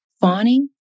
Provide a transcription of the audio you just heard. fawning